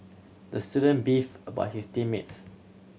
the student beef about his team mates